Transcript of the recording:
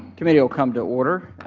committee will come to order.